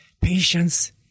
patience